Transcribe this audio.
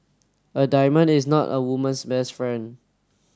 a diamond is not a woman's best friend